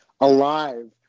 alive